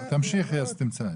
החריג.